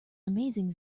amazing